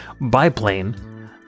biplane